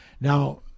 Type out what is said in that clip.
Now